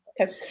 okay